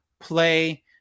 play